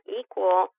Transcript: equal